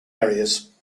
areas